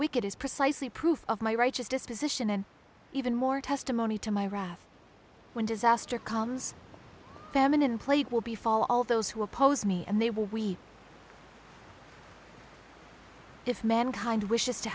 wicked is precisely proof of my righteous disposition and even more testimony to my wrath when disaster comes famine in plate will be fall all those who oppose me and they will we if mankind wishes to